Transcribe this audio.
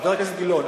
חבר הכנסת גילאון,